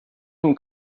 him